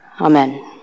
Amen